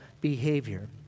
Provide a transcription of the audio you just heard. behavior